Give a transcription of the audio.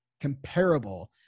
comparable